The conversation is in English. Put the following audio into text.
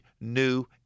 new